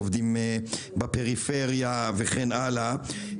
עובדים בפריפריה וכן הלאה,